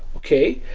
okay?